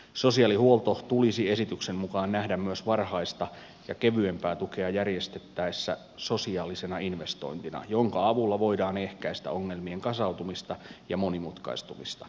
sosiaalihuolto tulisi esityksen mukaan nähdä myös varhaista ja kevyempää tukea järjestettäessä sosiaalisena investointina jonka avulla voidaan ehkäistä ongelmien kasautumista ja monimutkaistumista